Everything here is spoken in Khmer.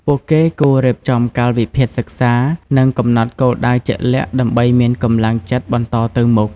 ពួកគេគួររៀបចំកាលវិភាគសិក្សា និងកំណត់គោលដៅជាក់លាក់ដើម្បីមានកម្លាំងចិត្តបន្តទៅមុខ។